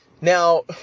Now